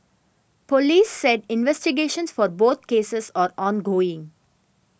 police said investigations for both cases are ongoing